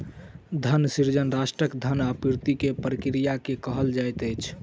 धन सृजन राष्ट्रक धन आपूर्ति के प्रक्रिया के कहल जाइत अछि